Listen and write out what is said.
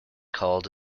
called